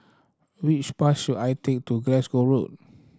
which bus should I take to Glasgow Road